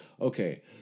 Okay